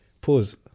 Pause